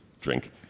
drink